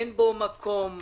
אין שם מספיק מקום,